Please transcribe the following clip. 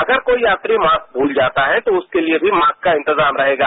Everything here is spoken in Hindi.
अगर कोई यात्रीमास्क भूल जाता है तो उसके लिए भी मास्क का इंतजाम रहेगा